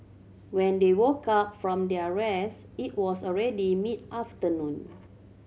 when they woke up from their rest it was already mid afternoon